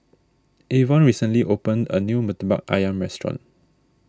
Avon recently opened a new Murtabak Ayam restaurant